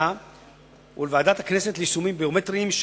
ולוועדת הכנסת ליישומים ביומטריים,